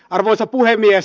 arvoisa puhemies